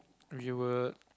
we will